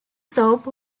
soap